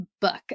book